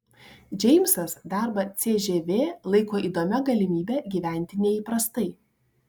džeimsas darbą cžv laiko įdomia galimybe gyventi neįprastai